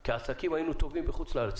כי בעסקים היינו טובים בחוץ לארץ.